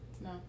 No